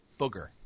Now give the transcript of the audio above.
booger